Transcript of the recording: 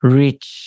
rich